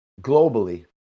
globally